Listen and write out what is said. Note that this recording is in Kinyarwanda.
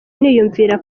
niyumvira